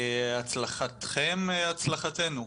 הצלחתכם הצלחתנו.